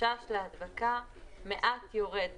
החשש להדבקה יורד מעט.